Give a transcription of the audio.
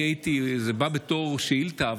זה בא בתור שאילתה,